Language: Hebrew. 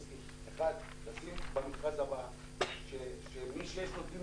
ששינסקי 1. לשים במכרז הבא תנאי שמי שיש לו דין